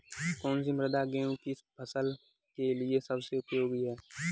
कौन सी मृदा गेहूँ की फसल के लिए सबसे उपयोगी है?